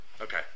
Okay